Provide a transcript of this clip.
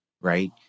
right